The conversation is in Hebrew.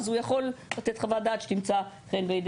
אז הוא יכול לתת חוות דעת שתמצא חן בעיני